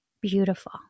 beautiful